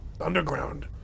underground